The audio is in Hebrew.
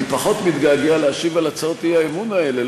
אני פחות מתגעגע להשיב על הצעות האי-אמון האלה,